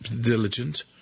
diligent